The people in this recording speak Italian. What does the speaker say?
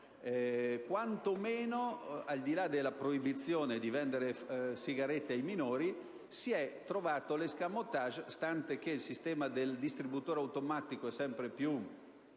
tra i minori. Al di là della proibizione di vendere sigarette ai minori, si è trovato l'*escamotage*, stante che il sistema del distributore automatico è sempre più